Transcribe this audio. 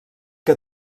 que